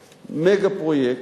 מגה-פרויקט,